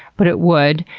but it would,